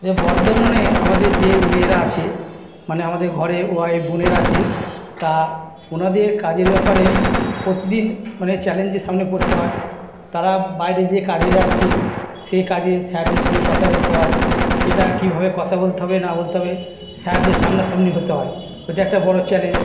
হে বর্ধমানে আমাদের যে মেয়েরা আছে মানে আমাদের ঘরের ওয়াইফ বোনেরা আছে তা ওনাদের কাজের ব্যাপারে প্রতিদিন মানে চ্যালেঞ্জের সামনে পড়তে হয় তারা বাইরে যে কাজে যাচ্চে সে কাজে স্যারদের সঙ্গে কথা বলতে হয় সেটা কীভাবে কথা বলতে হবে না বলতে হবে স্যারদের সামনাসামনি হতে হয় এটা একটা বড়ো চ্যালেঞ্জ